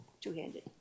two-handed